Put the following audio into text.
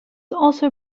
also